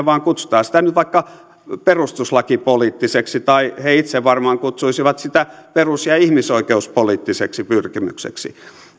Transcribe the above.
vaan kutsutaan sitä nyt vaikka perustuslakipoliittiseksi tai he itse varmaan kutsuisivat sitä perus ja ihmisoikeuspoliittiseksi pyrkimykseksi